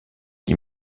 qui